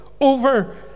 over